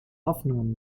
hoffnungen